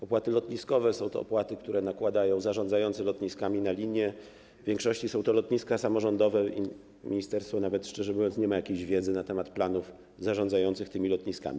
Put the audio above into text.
Opłaty lotniskowe są to opłaty, które nakładają zarządzający lotniskami na linie, w większości są to lotniska samorządowe, i ministerstwo, szczerze mówiąc, nie ma jakiejś wiedzy na temat planów zarządzających tymi lotniskami.